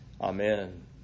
Amen